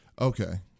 Okay